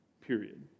Period